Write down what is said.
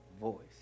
voice